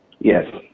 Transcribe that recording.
Yes